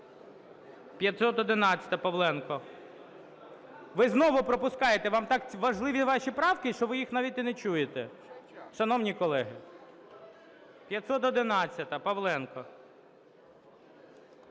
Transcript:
511-а. Павленко. Ви знову пропускаєте. Вам так важливі ваші правки, що ви їх навіть і не чуєте. Шановні колеги! 511-а, Павленко.